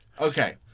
Okay